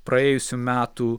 praėjusių metų